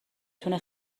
تونه